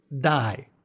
die